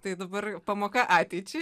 tai dabar pamoka ateičiai